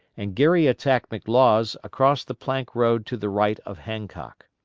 and geary attacked mclaws across the plank road to the right of hancock.